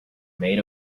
made